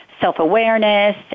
self-awareness